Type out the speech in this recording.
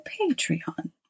Patreon